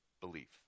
belief